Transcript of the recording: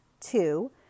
Two